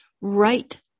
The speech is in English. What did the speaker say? right